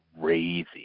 crazy